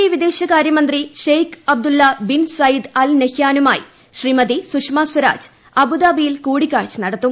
E വിദേശകാര്യമന്ത്രി Sheikh Abdullah bin Zayed Al നഹ്യാനുമായി ശ്രീമതി സുഷമ സ്വരാജ് അബുദാബിയിൽ കൂടിക്കാഴ്ച നടത്തും